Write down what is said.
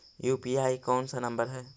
UPI कोन सा number हैं?